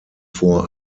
vor